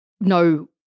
no